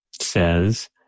says